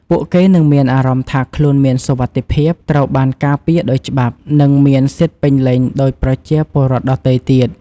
ពួកគេនឹងមានអារម្មណ៍ថាខ្លួនមានសុវត្ថិភាព ត្រូវបានការពារដោយច្បាប់ និងមានសិទ្ធិពេញលេញដូចប្រជាពលរដ្ឋដទៃទៀត។